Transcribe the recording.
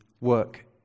work